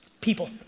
People